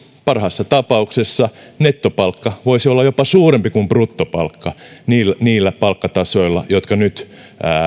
parhaassa tapauksessa nettopalkka voisi olla jopa suurempi kuin bruttopalkka niillä niillä palkkatasoilla jotka nyt